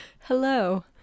Hello